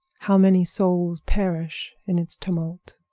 how many souls perish in its tumult!